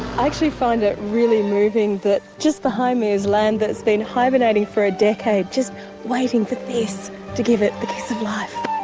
actually find it really moving that just behind me is land that's been hibernating for a decade just waiting for this to give it the kiss of life.